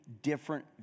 different